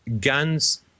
guns